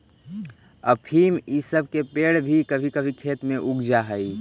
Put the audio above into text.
अफीम इ सब के पेड़ भी कभी कभी खेत में उग जा हई